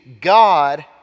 God